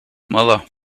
mother